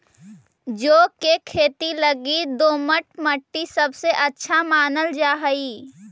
जौ के खेती लगी दोमट मट्टी सबसे अच्छा मानल जा हई